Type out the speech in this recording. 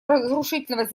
разрушительного